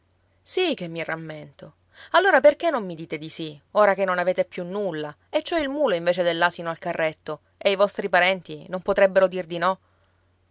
sì che mi rammento allora perché non mi dite di sì ora che non avete più nulla e ci ho il mulo invece dell'asino al carretto e i vostri parenti non potrebbero dir di no